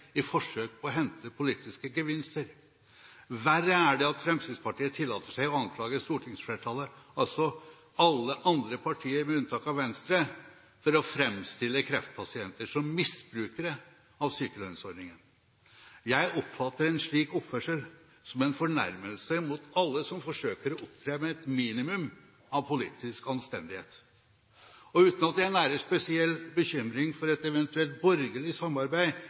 i forsøk på å hente politiske gevinster. Verre er det at Fremskrittspartiet tillater seg å anklage stortingsflertallet, alle andre partier med unntak av Venstre, for å framstille kreftpasienter som misbrukere av sykelønnsordningen. Jeg oppfatter en slik oppførsel som en fornærmelse mot alle som forsøker å opptre med et minimum av politisk anstendighet. Uten at jeg nærer spesiell bekymring for et eventuelt borgerlig samarbeid